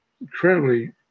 incredibly